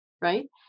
right